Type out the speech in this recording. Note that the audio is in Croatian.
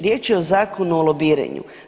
Riječ je o zakonu o lobiranju.